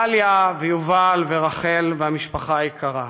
דליה ויובל ורחל והמשפחה היקרה,